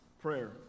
prayer